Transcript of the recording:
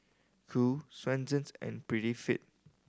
Qoo Swensens and Prettyfit